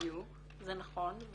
זה נכון,